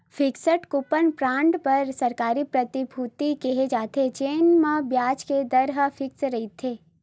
fixed coupon bond बर सरकारी प्रतिभूतिया केहे जाथे, तेन म बियाज के दर ह फिक्स रहिथे